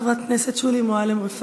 חברת הכנסת שולי מועלם-רפאלי,